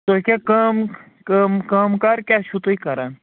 تُہۍ کیٚاہ کٲم کٲم کٲم کار کیٚاہ چھُو تُہۍ کَران